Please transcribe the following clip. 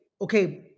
okay